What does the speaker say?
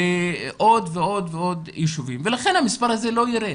בעוד ועוד יישובים ולכן המספר הזה לא יירד.